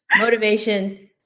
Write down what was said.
Motivation